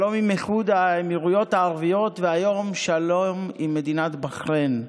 שלום עם איחוד האמירויות הערביות והיום שלום עם מדינת בחריין.